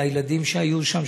הילדים שהיו שם,